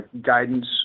guidance